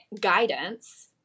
guidance